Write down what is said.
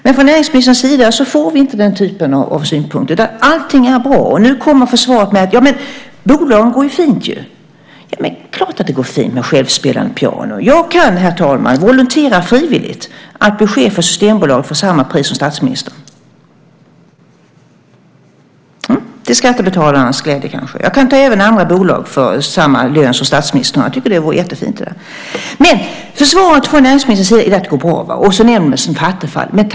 Men från näringsministerns sida får vi inte den typen av synpunkter, utan allting är bra. Nu försvarar man sig med: Men bolagen går ju fint. Det är klart att det går fint med självspelande pianon. Jag kan, herr talman, volontera, frivilligt bli chef för Systembolaget för samma pris som statsministern, kanske till skattebetalarnas glädje. Jag kan även ta andra bolag för samma lön som statsministern. Jag tycker att det vore jättefint. Försvaret från näringsministerns sida är att det går bra. Han nämner Vattenfall som exempel.